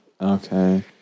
Okay